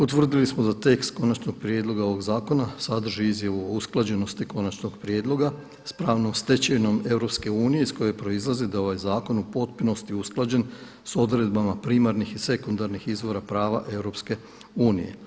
Utvrdili smo da tekst konačnog prijedloga ovog zakona sadrži izjavu o usklađenosti konačnog prijedloga s pravnom stečevinom EU iz koje proizlazi da je ovaj zakon u potpunosti usklađen s odredbama primarnih i sekundarnih izvora prava EU.